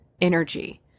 energy